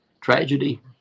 Tragedy